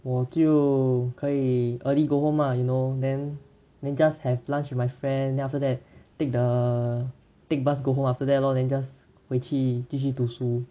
我就可以 early go home lah you know then then just have lunch with my friend then after that take the take bus go home after that lor then just 回去继续读书